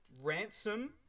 ransom